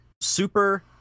Super